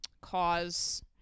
cause